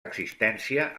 existència